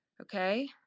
okay